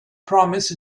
promise